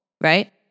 right